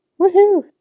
Woohoo